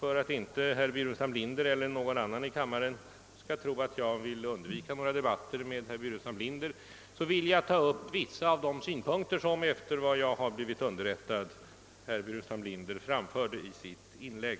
för att inte herr Burenstam Linder eller någon annan i kammaren skall tro, att jag vill undvika några debatter med herr Burenstam Linder vill jag ta upp vissa av de synpunkter som, efter vad jag har blivit underrättad, han framförde i sitt inlägg.